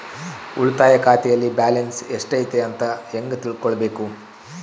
ಉಳಿತಾಯ ಖಾತೆಯಲ್ಲಿ ಬ್ಯಾಲೆನ್ಸ್ ಎಷ್ಟೈತಿ ಅಂತ ಹೆಂಗ ತಿಳ್ಕೊಬೇಕು?